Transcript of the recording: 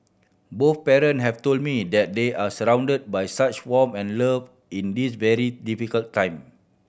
both parent have told me that they are surrounded by such warmth and love in this very difficult time